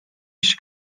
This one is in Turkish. kişi